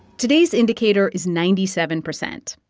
today's indicator is ninety seven percent.